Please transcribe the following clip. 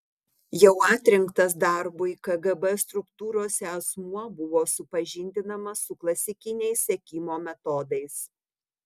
jau atrinktas darbui kgb struktūrose asmuo buvo supažindinamas su klasikiniais sekimo metodais